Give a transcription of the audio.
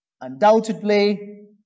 Undoubtedly